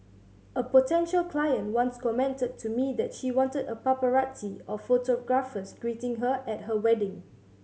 a potential client once commented to me that she wanted a paparazzi of photographers greeting her at her wedding